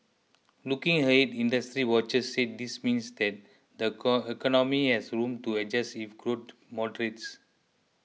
looking ahead industry watchers said this means that the core economy has room to adjust if growth moderates